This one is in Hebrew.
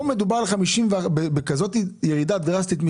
כזאת ירידה דרסטית?